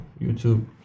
YouTube